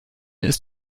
ist